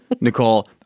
Nicole